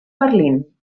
berlín